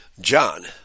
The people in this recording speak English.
John